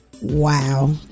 Wow